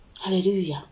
Hallelujah